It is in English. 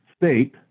State